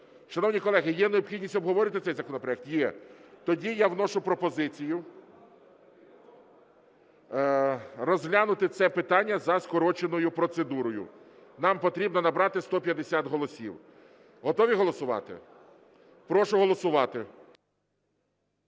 Шановні колеги, є необхідність обговорювати цей законопроект? Є. Тоді я вношу пропозицію розглянути це питання за скороченою процедурою, нам потрібно набрати 150 голосів. Готові голосувати? Прошу голосувати.